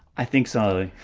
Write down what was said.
i think so.